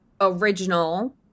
original